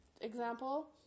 example